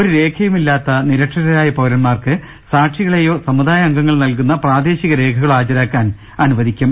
ഒരു രേഖയുമില്ലാത്ത നിരക്ഷരരായ പൌരന്മാർക്ക് സാക്ഷി കളെയോ സമുദായ അംഗങ്ങൾ നൽകുന്ന പ്രാദേശിക രേഖകളോ ഹാജ രാക്കാൻ അനുവദിക്കും